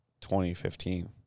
2015